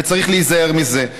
וצריך להיזהר מזה.